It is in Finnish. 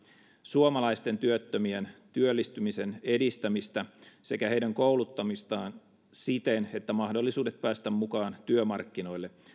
suomalaisten työttömien työllistymisen edistämistä sekä heidän kouluttamistaan siten että mahdollisuudet päästä mukaan työmarkkinoille